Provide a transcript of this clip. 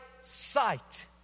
sight